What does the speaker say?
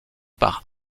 par